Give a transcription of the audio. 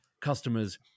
customers